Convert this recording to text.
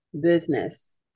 business